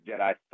Jedi